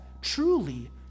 truly